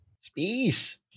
Space